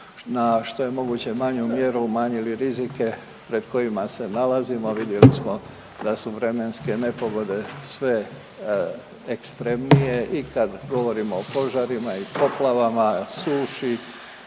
na što je moguće manju mjeru umanjili rizike pred kojima se nalazimo, a vidjeli smo da su vremenske nepogode sve ekstremnije i kad govorimo o požarima i poplavama, suši.